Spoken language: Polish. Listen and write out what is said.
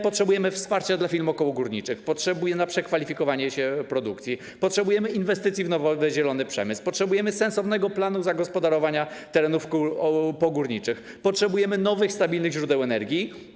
Potrzebujemy wsparcia dla firm okołogórniczych na przekwalifikowanie produkcji, potrzebujemy inwestycji w nowy, zielony przemysł, potrzebujemy sensownego planu zagospodarowania terenów pogórniczych i potrzebujemy nowych, stabilnych źródeł energii.